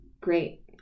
Great